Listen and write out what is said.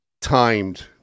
timed